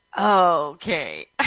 Okay